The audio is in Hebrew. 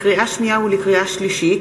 לקריאה שנייה ולקריאה שלישית: